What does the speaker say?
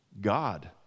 God